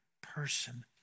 person